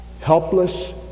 helpless